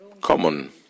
common